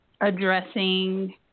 addressing